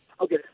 Okay